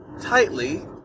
tightly